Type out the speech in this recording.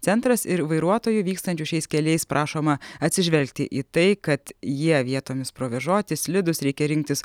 centras ir vairuotojų vykstančių šiais keliais prašoma atsižvelgti į tai kad jie vietomis provėžoti slidūs reikia rinktis